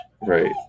Right